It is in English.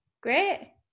Great